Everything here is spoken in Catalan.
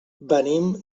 venim